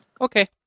Okay